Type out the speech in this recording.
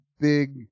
big